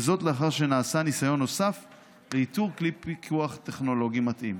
וזאת לאחר שנעשה ניסיון נוסף לאיתור כלי פיקוח טכנולוגי מתאים.